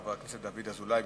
חבר הכנסת דוד אזולאי.